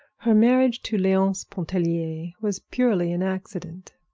her marriage to leonce pontellier was purely an accident,